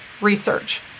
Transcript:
research